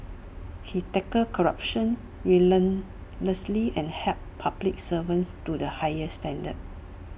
he tackled corruption relentlessly and held public servants to the highest standards